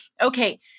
Okay